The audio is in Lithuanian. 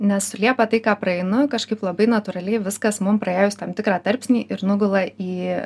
nes liepa tai ką praeinu kažkaip labai natūraliai viskas mum praėjus tam tikrą tarpsnį ir nugula į